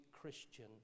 Christian